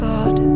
God